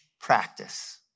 practice